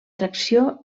tracció